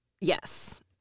Yes